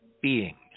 beings